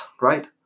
right